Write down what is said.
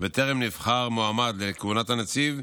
וטרם נבחר מועמד לכהונת הנציב,